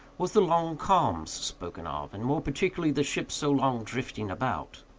was the long calms spoken of, and more particularly the ship's so long drifting about.